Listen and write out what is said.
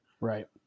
Right